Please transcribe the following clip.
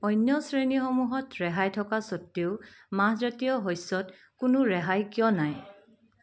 অন্য শ্ৰেণীসমূহত ৰেহাই থকা স্বত্তেও মাহজাতীয় শস্যত কোনো ৰেহাই কিয় নাই